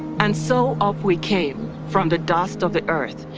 and so up we came, from the dust of the earth.